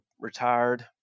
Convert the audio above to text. retired